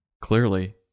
Clearly